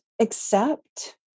accept